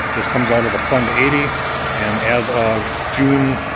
this comes out of the fund eighty and as of june,